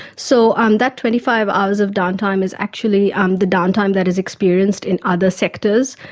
so um that twenty five hours of downtime is actually um the downtime that is experienced in other sectors.